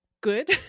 good